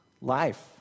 life